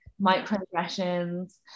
microaggressions